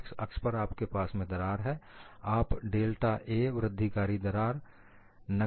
x अक्ष पर आपके पास में दरार है आप डेल्टा a वृद्धिकारी दरार वृद्धि